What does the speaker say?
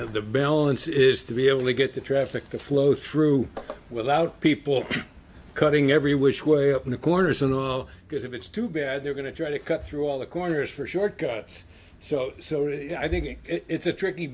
know the balance is to be able to get the traffic to flow through without people cutting every which way up in the corners and because if it's too bad they're going to try to cut through all the corners for shortcuts so i think it's a tricky